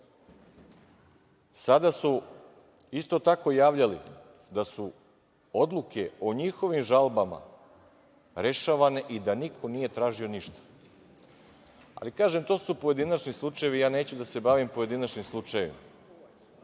su isto tako javljali da su odluke o njihovim žalbama rešavane i da niko nije tražio ništa. Ali, kažem to su pojedinačni slučajevi. Ja neću da se bavim pojedinačnim slučajevima.